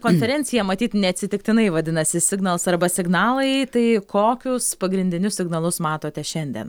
konferencija matyt neatsitiktinai vadinasi signals arba signalai tai kokius pagrindinius signalus matote šiandien